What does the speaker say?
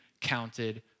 counted